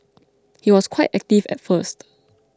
he was quite active at first